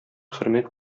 хөрмәт